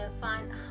find